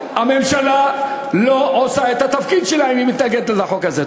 הממשלה לא עושה את התפקיד שלה אם היא מתנגדת לחוק הזה.